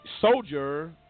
soldier